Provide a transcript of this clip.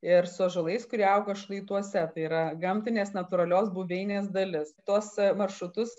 ir su ąžuolais kurie auga šlaituose tai yra gamtinės natūralios buveinės dalis tuos maršrutus